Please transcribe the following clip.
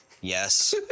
Yes